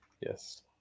Yes